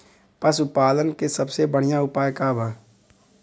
पशु पालन के सबसे बढ़ियां उपाय का बा?